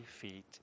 feet